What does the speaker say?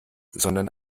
sondern